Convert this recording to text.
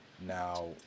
Now